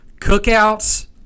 Cookout's